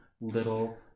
little